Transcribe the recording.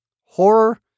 horror